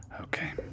Okay